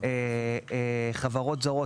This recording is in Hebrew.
חברות זרות,